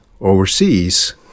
overseas